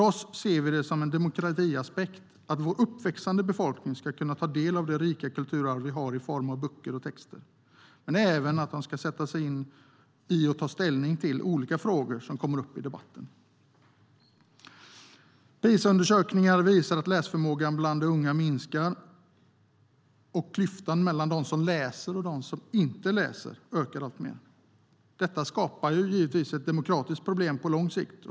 Vi ser det som en demokratiaspekt att vår uppväxande befolkning ska kunna ta del av det rika kulturarv vi har i form av böcker och texter, men de ska även kunna sätta sig in i och ta ställning till olika frågor som kommer upp i debatten. PISA-undersökningar visar att läsförmågan bland unga minskar och att klyftan mellan de som läser och de som inte läser ökar alltmer. Detta skapar givetvis ett demokratiskt problem på lång sikt.